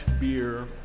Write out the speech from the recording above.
beer